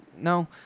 No